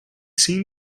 sem